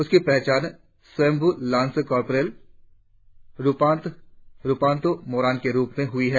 उसकी पहचान स्वयंभू लांस कॉर्पोरल रुपांतों मोरन के रुप में हुई है